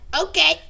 okay